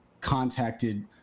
contacted